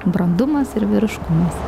brandumas ir vyriškumas